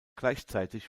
gleichzeitig